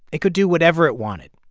it could do whatever it wanted.